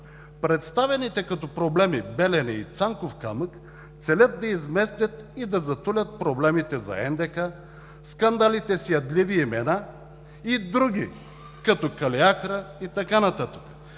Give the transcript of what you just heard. Представяните като проблеми „Белене“ и „Цанков камък“ целят да изместят и да затулят проблемите за НДК, скандалите с ядливи имена и други като „Калиакра“ и така нататък,